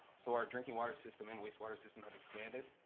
so our drinking water system and waste water system have expanded.